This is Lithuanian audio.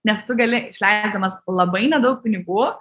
nes tu gali išleisdamas labai nedaug pinigų